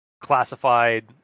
classified